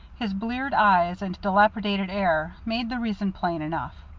his bleared eyes and dilapidated air made the reason plain enough.